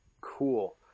Cool